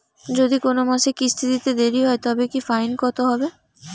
যদি কোন মাসে কিস্তি দিতে দেরি হয় তবে কি ফাইন কতহবে?